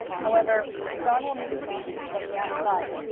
however, john will need assistance from the outside.